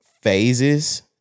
phases